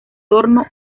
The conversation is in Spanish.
torno